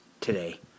today